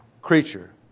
creature